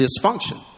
dysfunction